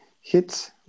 hits